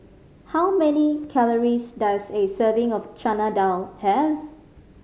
how many calories does a serving of Chana Dal have